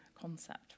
concept